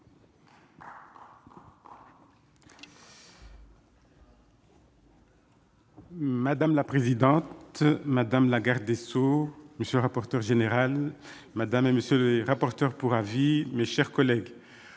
Madame la présidente, madame la garde des Sceaux, monsieur le rapporteur général madame et monsieur les rapporteurs pour avis, mes chers collègues,